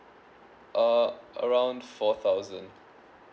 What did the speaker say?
uh around four thousand